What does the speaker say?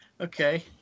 okay